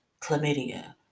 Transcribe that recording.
Chlamydia